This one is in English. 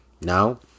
Now